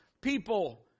people